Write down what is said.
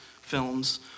films